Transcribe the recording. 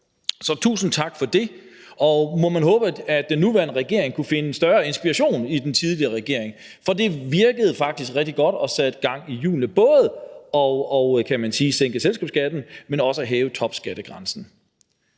Så tusind tak for det. Man må håbe, at den nuværende regering kan finde større inspiration hos den tidligere regering, for både det at sænke selskabsskatten, men også at hæve topskattegrænsen